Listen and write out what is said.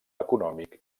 econòmic